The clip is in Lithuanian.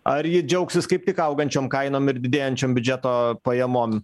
ar ji džiaugsis kaip tik augančiom kainom ir didėjančiom biudžeto pajamom